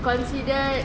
consider